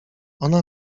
ona